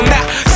Now